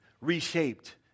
reshaped